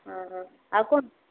ହଁ ହଁ ଆଉ